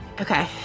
Okay